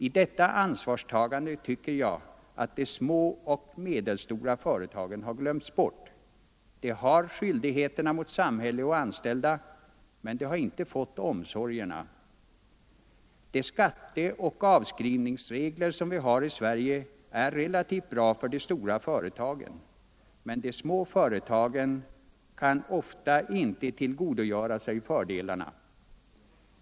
I detta ansvarstagande tycker jag att de små och medelstora företagen har glömts bort. De har skyldigheterna mot samhälle och anställda men de har inte fått omsorgerna. De skatteoch avskrivningsregler som vi har i Sverige är relativt bra för de stora företagen, men de små företagen kan ofta inte tillgodogöra sig fördelarna.